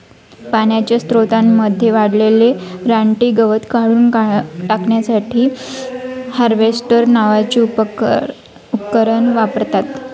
पाण्याच्या स्त्रोतांमध्ये वाढलेले रानटी गवत काढून टाकण्यासाठी हार्वेस्टर नावाचे उपकरण वापरतात